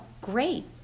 great